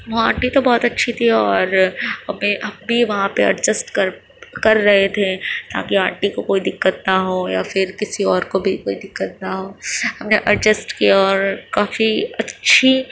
وہ آنٹی تو بہت اچھی تھی اور ہمیں ہم بھی وہاں پہ اڈجیسٹ کر کر رہے تھے تاکہ آنٹی کو کوئی دقت نہ ہو یا پھر کسی اور کو بھی کوئی دقت نہ ہو ہم نے اڈجیسٹ کیا اور کافی اچھی